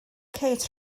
kate